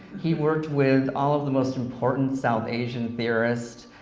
he worked with all the most important south asian theorists.